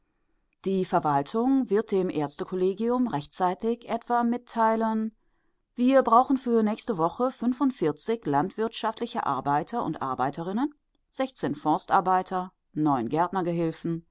die verwaltung wird dem ärztekollegium rechtzeitig etwa mitteilen wir brauchen für nächste woche fünfundvierzig landwirtschaftliche arbeiter und arbeiterinnen